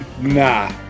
Nah